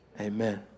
amen